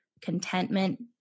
contentment